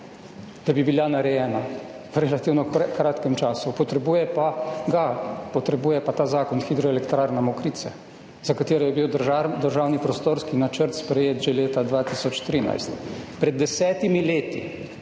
da bi bila narejena v relativno kratkem času, potrebuje pa ta zakon Hidroelektrarna Mokrice, za katero je bil Državni prostorski načrt sprejet že leta 2013, pred 10 leti.